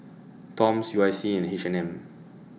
Toms U I C and H and M